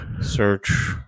search